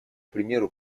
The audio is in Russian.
примеру